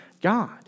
God